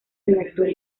redactor